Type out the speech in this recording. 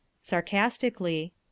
Sarcastically